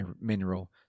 mineral